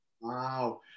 Wow